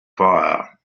fire